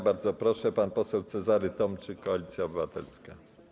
Bardzo proszę, pan poseł Cezary Tomczyk, Koalicja Obywatelska.